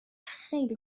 خیلی